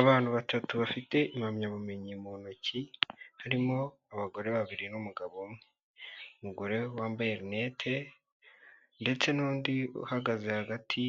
Abantu batatu bafite impamyabumenyi mu ntoki harimo abagore babiri n'umugabo umwe ,umugore wambaye rineti ndetse n'undi uhagaze hagati